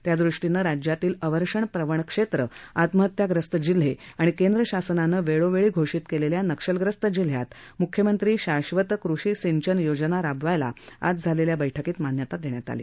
त्यादृष्टीने राज्यातील अवर्षण प्रवण क्षेत्र आत्महत्याग्रस्त जिल्हे आणि केंद्र शासनाने वेळोवेळी घोषित केलेल्या नक्षलग्रस्त जिल्ह्यांत मुख्यमंत्री शाश्वत कृषी सिंचन योजना राबविण्यास आज झालेल्या मंत्रिमंडळाच्या बैठकीत मान्यता देण्यात आली